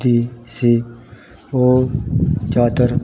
ਦੀ ਸੀ ਉਹ ਚਾਦਰ